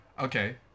Okay